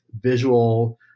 visual